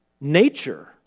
nature